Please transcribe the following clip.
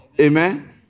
Amen